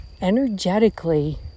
energetically